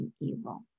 evil